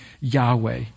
Yahweh